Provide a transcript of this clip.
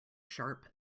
sharp